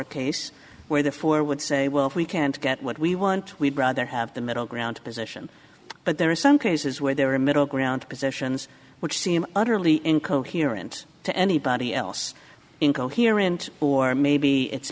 h case where the four would say well if we can't get what we want we'd rather have the middle ground position but there are some cases where there are middle ground positions which seem utterly incoherent to anybody else incoherent or maybe it's